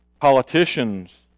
politicians